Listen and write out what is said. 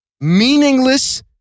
meaningless